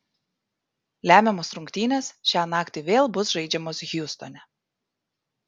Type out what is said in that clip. lemiamos rungtynės šią naktį vėl bus žaidžiamos hjustone